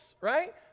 right